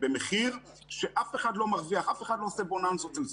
במחיר שאף אחד לא מרוויח ואף אחד לא עושה בוננזות עם זה.